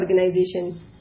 organization